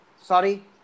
Sorry